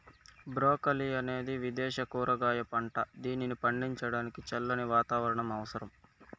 broccoli అనేది విదేశ కూరగాయ పంట, దీనిని పండించడానికి చల్లని వాతావరణం అవసరం